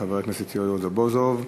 חבר הכנסת יואל רזבוזוב,